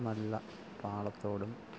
നല്ല താളത്തോടും